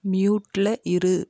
மியூட்ல இரு